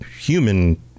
human